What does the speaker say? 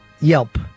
Yelp